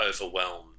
overwhelmed